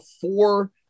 four